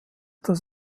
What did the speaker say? das